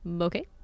Okay